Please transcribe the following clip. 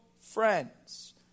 friends